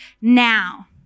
now